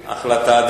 החלטה,